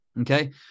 Okay